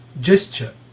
gesture